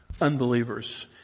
unbelievers